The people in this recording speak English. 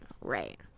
right